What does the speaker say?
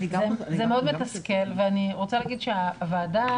זה מאוד מתסכל ואני רוצה להגיד שהוועדה,